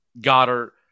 Goddard